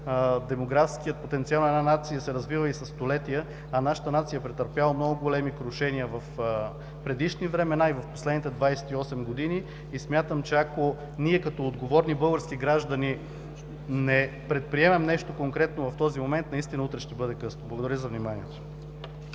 демографският потенциал на една нация се развива със столетия, а нашата нация е претърпяла много големи крушения в предишни времена и в последните 28 години. Смятам, че, ако ние като отговорни български граждани, не предприемем нещо конкретно в този момент, наистина утре ще бъде късно. Благодаря Ви, за вниманието.